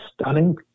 stunning